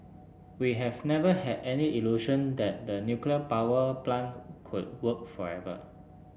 we have never had any illusion that the nuclear power plant could work forever